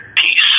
peace